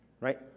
right